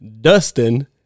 Dustin